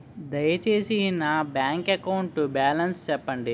దయచేసి నా bank account balance చెప్పండి